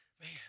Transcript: Man